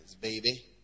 baby